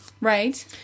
Right